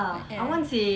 ya